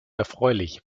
erfreulich